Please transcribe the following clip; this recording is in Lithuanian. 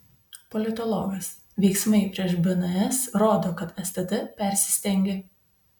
politologas veiksmai prieš bns rodo kad stt persistengė